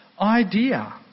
idea